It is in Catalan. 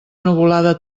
nuvolada